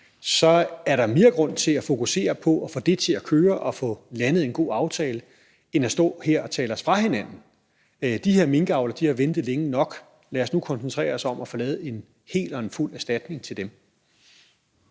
der er mere grund til at fokusere på at få det til at køre og få landet god aftale end at stå her og tale os fra hinanden. De her minkavlere har ventet længe nok. Lad os nu koncentrere os om at få lavet en hel og en fuld erstatning til dem.